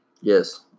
Yes